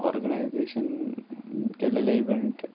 organisation केल्लेले event